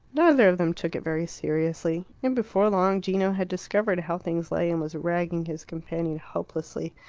neither of them took it very seriously. and before long gino had discovered how things lay, and was ragging his companion hopelessly.